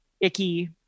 icky